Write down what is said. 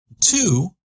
Two